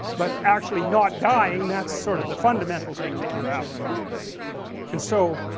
but actually not dying, that sort of the fundamental thing that you are after and so,